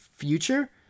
Future